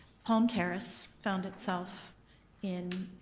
home terrace found itself in